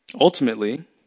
Ultimately